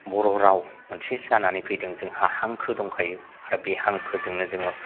बर' राव मोनसे जानानै फैदों जोंहा हांखो दंखायो आरो बे हांखोजोंनो जोङो